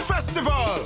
Festival